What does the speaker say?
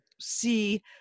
see